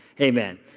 amen